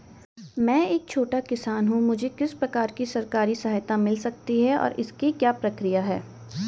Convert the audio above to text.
मैं एक छोटा किसान हूँ मुझे किस प्रकार की सरकारी सहायता मिल सकती है और इसकी क्या प्रक्रिया है?